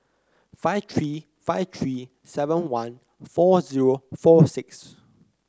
five three five three seven one four zero four six